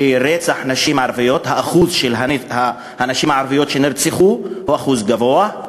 שאחוז הנשים הערביות שנרצחו הוא גבוה.